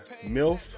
Milf